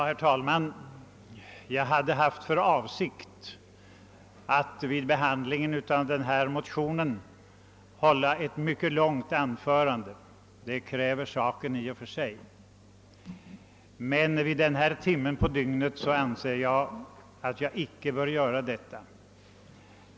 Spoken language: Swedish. Herr talman! Jag hade haft för avsikt att vid behandlingen av förevarande ärende hålla ett mycket långt anförande — detta motiveras i och för sig av frågans vikt — men vid denna sena timme på dygnet anser jag att jag icke bör göra detta.